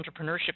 entrepreneurship